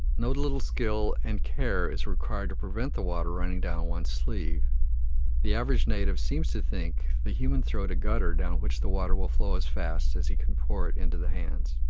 no little skill and care is required to prevent the water running down one's sleeve the average native seems to think the human throat a gutter down which the water will flow as fast as he can pour it into the hands.